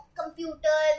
computer